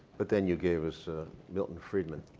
but then you gave us milton friedman.